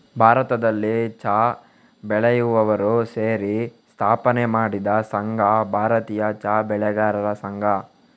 ಭಾರತದಲ್ಲಿ ಚಾ ಬೆಳೆಯುವವರು ಸೇರಿ ಸ್ಥಾಪನೆ ಮಾಡಿದ ಸಂಘ ಭಾರತೀಯ ಚಾ ಬೆಳೆಗಾರರ ಸಂಘ